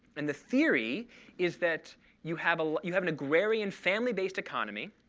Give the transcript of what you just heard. and the theory is that you have ah you have an agrarian family-based economy,